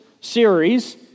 series